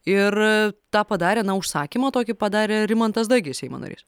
ir tą padarė na užsakymą tokį padarė rimantas dagys seimo narys